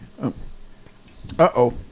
Uh-oh